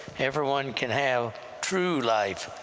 everyone can have true life,